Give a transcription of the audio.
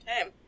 Okay